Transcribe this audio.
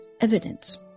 evidence